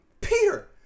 Peter